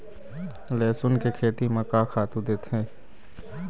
लेसुन के खेती म का खातू देथे?